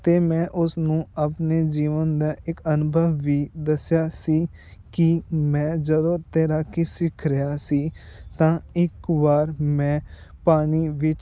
ਅਤੇ ਮੈਂ ਉਸ ਨੂੰ ਆਪਣੇ ਜੀਵਨ ਦਾ ਇੱਕ ਅਨੁਭਵ ਵੀ ਦੱਸਿਆ ਸੀ ਕਿ ਮੈਂ ਜਦੋਂ ਤੈਰਾਕੀ ਸਿੱਖ ਰਿਹਾ ਸੀ ਤਾਂ ਇੱਕ ਵਾਰ ਮੈਂ ਪਾਣੀ ਵਿੱਚ